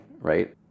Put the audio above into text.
right